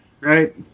right